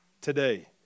today